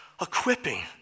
equipping